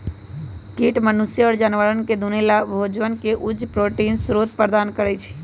कीट मनुष्य और जानवरवन के दुन्नो लाभोजन के उच्च प्रोटीन स्रोत प्रदान करा हई